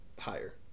higher